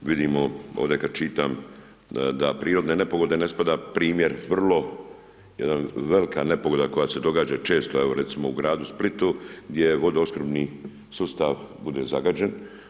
Vidimo ovdje kada čitam da prirodne nepogode ne spada primjer vrlo jedna velika nepogoda koja se događa često u gradu Splitu, gdje vodoopskrbni sustav bude zagađen.